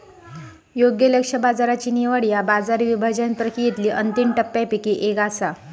योग्य लक्ष्य बाजाराची निवड ह्या बाजार विभाजन प्रक्रियेतली अंतिम टप्प्यांपैकी एक असा